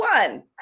one